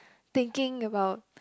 thinking about